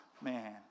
man